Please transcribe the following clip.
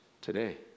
today